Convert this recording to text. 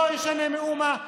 לא ישנה מאומה.